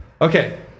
Okay